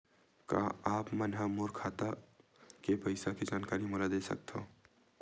का आप मन ह मोला मोर खाता के पईसा के जानकारी दे सकथव?